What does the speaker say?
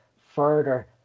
further